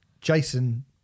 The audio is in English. Jason